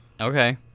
Okay